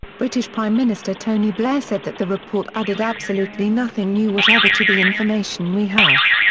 british prime minister tony blair said that the report added absolutely nothing new whatever to the information we have.